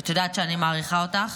את יודעת שאני מעריכה אותך